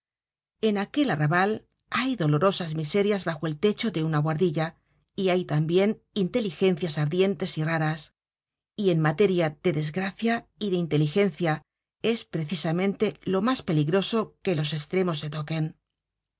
en aquel arrabal hay dolorosas miserias bajo el techo de una buhardilla y hay tambien inteligencias ardientes y raras y en materia de desgraeia y de inteligencia es precisamente lo mas peligroso que los estremos se toquen